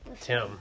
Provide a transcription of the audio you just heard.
Tim